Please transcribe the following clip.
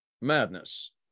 madness